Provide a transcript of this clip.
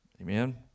amen